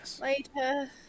later